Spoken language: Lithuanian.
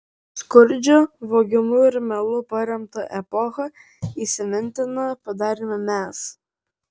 skurdžią vogimu ir melu paremtą epochą įsimintina padarėme mes